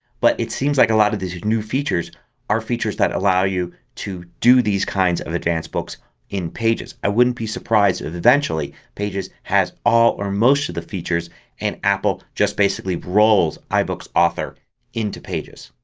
but it seems like a lot of these new features are features that allow you to do these kinds of advanced books in pages. i wouldn't be surprised eventually pages has all or most of the features and apple just basically rolls ibooks author into pages.